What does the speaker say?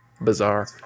Bizarre